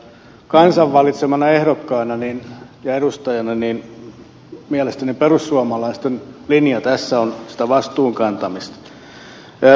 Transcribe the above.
kansan valitsemana ehdokkaana ja edustajana mielestäni perussuomalaisten linja tässä on sitä vastuun kantamista